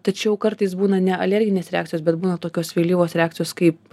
tačiau kartais būna ne alerginės reakcijos bet būna tokios vėlyvos reakcijos kaip